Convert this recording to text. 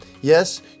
Yes